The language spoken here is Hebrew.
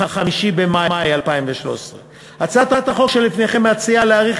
5 במאי 2013. הצעת החוק שלפניכם מציעה להאריך